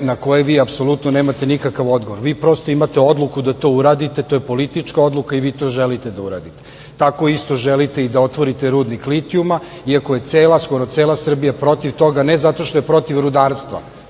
na koje vi apsolutno nemate nikakav odgovor. Vi prosto imate odluku da to uradite, to je politička odluka i vi to želite da uradite, tako isto želite i da otvorite rudnik litijuma, iako je cela, skoro cela Srbija protiv toga, ne zato što je protiv rudarstva,